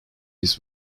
his